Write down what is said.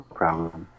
problem